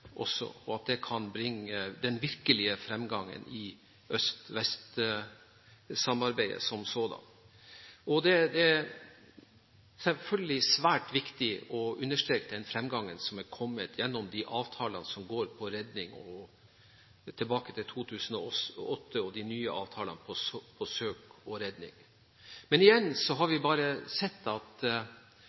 også. Dette kan bringe med seg den virkelige fremgangen i øst–vest-samarbeidet som sådant. Det er selvfølgelig svært viktig å understreke den fremgangen som har kommet gjennom avtalene fra 2008 og gjennom de nye avtalene som går på søk og redning. Men igjen har vi sett – det gjelder ikke bare «Jekaterinburg», men også «Kursk»-ulykken – at